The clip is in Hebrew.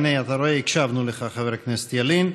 הנה, אתה רואה, הקשבנו לך, חבר הכנסת ילין.